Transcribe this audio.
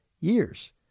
years